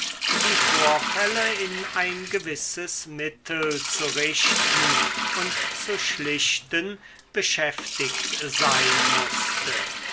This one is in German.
die vorfälle in ein gewisses mittel zu richten und zu schlichten beschäftigt sein mußte